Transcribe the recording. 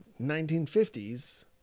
1950s